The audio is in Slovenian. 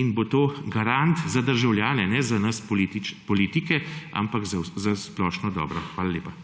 in bo to garant za državljane, ne za nas politike, ampak za splošno dobro. Hvala lepa.